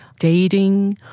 dating,